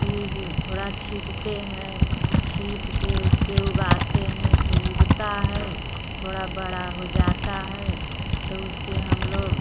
बीज थोड़ा छींटते हैं छींट के उसके उगाते हैं तो उगता है थोड़ा बड़ा हो जाता है तो उसके हम लोग